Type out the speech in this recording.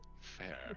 Fair